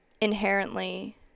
inherently